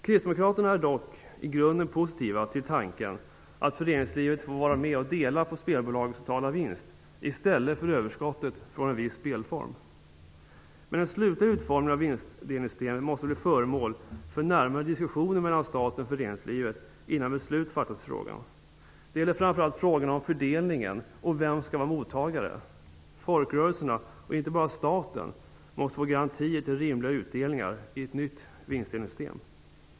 Kristdemokraterna är dock i grunden positiva till tanken att föreningslivet får vara med och dela på spelbolagets totala vinst i stället för överskottet från en viss spelform. Men den slutliga utformningen av vinstdelningssystemet måste bli föremål för närmare diskussioner mellan staten och föreningslivet innan beslut fattas i frågan. Det gäller framför allt frågorna om fördelningen och vem som skall vara mottagare. Folkrörelserna och inte bara staten måste få garantier för rimliga utdelningar i ett nytt vinstdelningssystem.